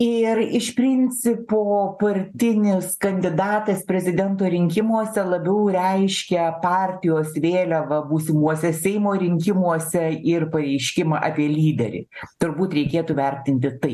ir iš principo partinis kandidatas prezidento rinkimuose labiau reiškia partijos vėliava būsimuose seimo rinkimuose ir pareiškimą apie lyderį turbūt reikėtų vertinti tai